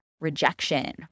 rejection